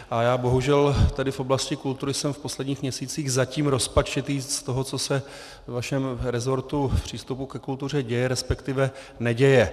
A já bohužel v oblasti kultury jsem v posledních měsících zatím rozpačitý z toho, co se ve vašem rezortu v přístupu ke kultuře děje, respektive neděje.